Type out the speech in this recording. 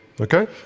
Okay